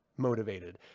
motivated